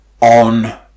On